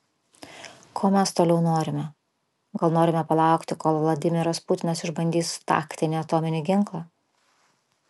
ko mes toliau norime gal norime palaukti kol vladimiras putinas išbandys taktinį atominį ginklą